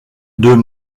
deux